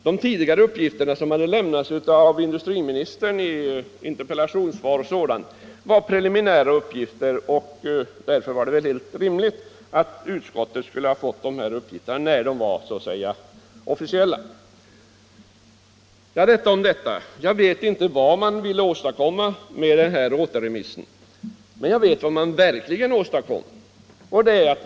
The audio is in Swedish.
De tidigare uppgifterna, som hade lämnats av industriministern i interpellationssvar o. d., var preliminära, varför det väl var helt rimligt att utskottet skulle få de här uppgifterna när de blivit så att säga officiella. Detta om detta. Jag vet inte vad man ville åstadkomma med återremissförfarandet, men jag vet vad man verkligen åstadkommit.